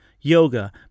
Yoga